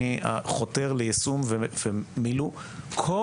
אני חותר ליישום ומילוי כל